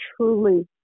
truly